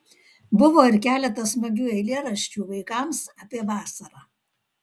buvo ir keletas smagių eilėraščių vaikams apie vasarą